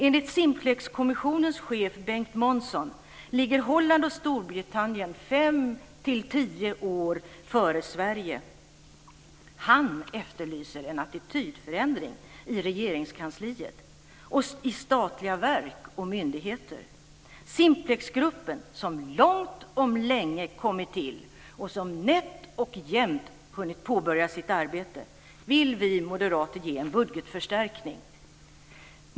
Enligt Simplexkommissionens chef Bengt Månsson ligger Holland och Storbritannien 5-10 år före Sverige. Han efterlyser en attitydförändring i Regeringskansliet och i statliga verk och myndigheter. Simplexgruppen, som långt om länge kommit till och som nätt och jämt hunnit påbörja sitt arbete, vill vi moderater ge en budgetförstärkning.